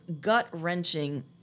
gut-wrenching